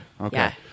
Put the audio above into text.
Okay